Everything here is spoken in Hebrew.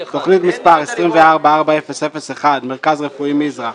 תוכנית מס' 244001 - מרכז רפואי מזרע,